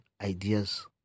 ideas